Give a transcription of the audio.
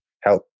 help